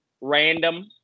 random